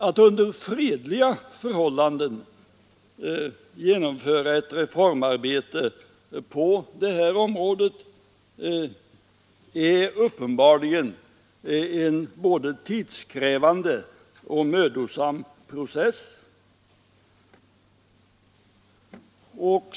Att under fredliga förhållanden genomföra ett reformarbete på det här området är uppenbarligen en både tidskrävande och mödosam procedur.